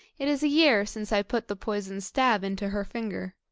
it is a year since i put the poisoned stab into her finger.